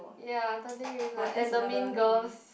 ya thirteen reason and the mean girls